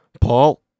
Paul